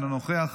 אינו נוכח,